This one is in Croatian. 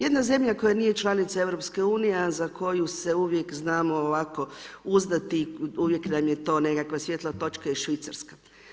Jedna zemlja koja nije članica EU a za koju se uvijek znamo ovako uzdati, uvijek nam je to nekakva svijetla točka je Švicarska.